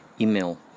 email